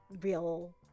real